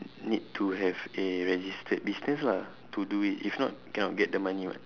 need to have a registered business lah to do it if not cannot get the money [what]